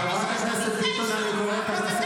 חבר הכנסת כהן, אני לא רוצה לקרוא אותך לסדר.